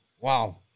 Wow